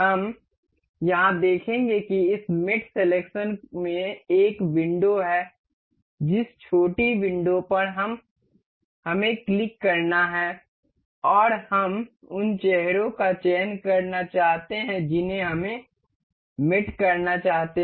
हम यहां देखेंगे कि इस मेट सेलेक्शन में एक विंडो है जिस छोटी विंडो पर हमें क्लिक करना है और हम उन चेहरों का चयन करना चाहते हैं जिन्हें हम मेट करना चाहते हैं